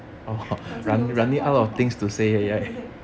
反正有讲话就好对对对